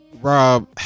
rob